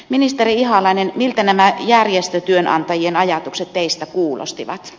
ministeri ihalainen miltä nämä järjestötyönantajien ajatukset teistä kuulostivat